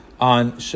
on